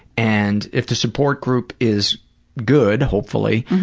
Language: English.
and if the support group is good, hopefully,